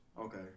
Okay